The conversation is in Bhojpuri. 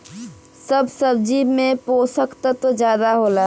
सब सब्जी में पोसक तत्व जादा होला